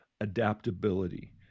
adaptability